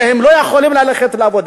שהם לא יכולים ללכת לעבוד,